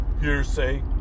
hearsay